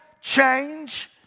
change